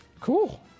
Cool